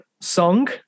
song